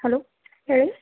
hello ಹೇಳಿ